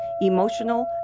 emotional